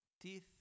teeth